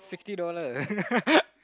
fifty dollar